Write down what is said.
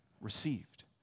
received